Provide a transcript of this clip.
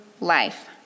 life